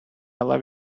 love